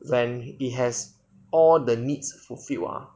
when it has all the needs fulfilled ah